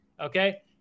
okay